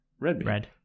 Red